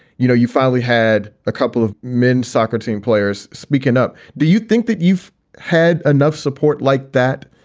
you know, you finally had a couple of men's soccer team players speaking up. do you think that you've had enough support like that,